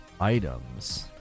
items